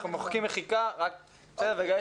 אנחנו מוחקים מחיקה ואסתי,